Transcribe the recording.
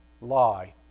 lie